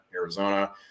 Arizona